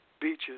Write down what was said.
Beaches